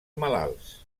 malalts